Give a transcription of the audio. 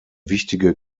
wichtige